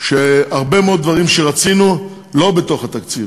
שהרבה מאוד דברים שרצינו הם לא בתוך התקציב,